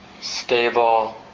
stable